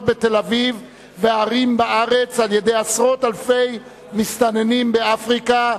בתל-אביב וערים בארץ על-ידי עשרות אלפי מסתננים מאפריקה,